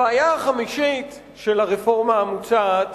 הבעיה החמישית ברפורמה המוצעת